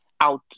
out